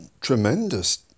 tremendous